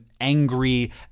angry